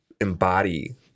embody